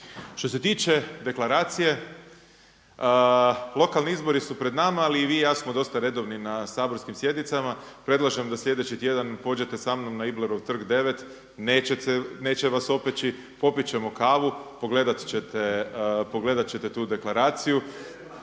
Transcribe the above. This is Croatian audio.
Što se tiče deklaracije lokalni izbori su pred nama, ali i vi i ja smo dosta redovni na saborskim sjednicama. Predlažem da sljedeći tjedan pođete sa mnom na Iblerov trg 9. Neće vas opeći. Popit ćemo kavu, pogledat ćete tu deklaraciju.